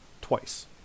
twice